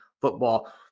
football